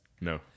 No